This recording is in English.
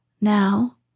Now